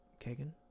Kagan